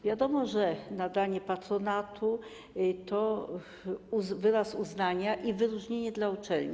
Wiadomo, że nadanie patronatu to wyraz uznania i wyróżnienie dla uczelni.